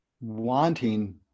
wanting